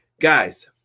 guys